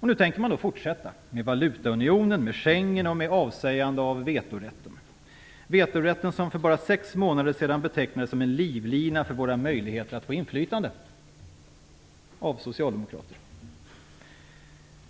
Och nu tänker man fortsätta med valutaunionen, med Schengenavtalet och med avsägande av vetorätten, vetorätten som för bara sex månader sedan av socialdemokraterna betecknades som en livlina för våra möjligheter att få inflytande.